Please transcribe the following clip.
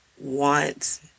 want